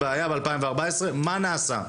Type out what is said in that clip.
זיהיתם בעיה ב-2014, מה נעשה?